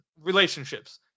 relationships